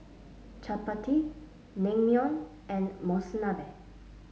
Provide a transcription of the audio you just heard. Chapati Naengmyeon and Monsunabe